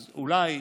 אז אולי